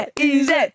easy